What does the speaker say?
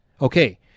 Okay